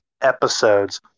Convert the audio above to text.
episodes